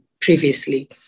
previously